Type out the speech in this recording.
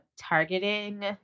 targeting